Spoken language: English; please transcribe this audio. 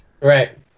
Right